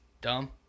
dumb